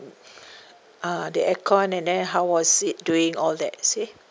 uh the aircon and then how was it doing all that see